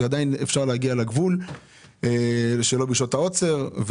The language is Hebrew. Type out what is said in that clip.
שעדיין אפשר להגיע לגבול שלא בשעות העוצר,